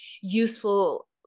useful